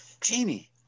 Jamie